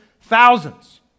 thousands